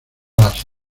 las